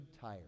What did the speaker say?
tired